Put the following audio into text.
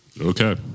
Okay